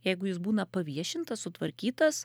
jeigu jis būna paviešintas sutvarkytas